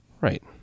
Right